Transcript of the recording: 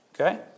Okay